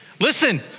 Listen